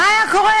מה היה קורה?